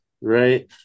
right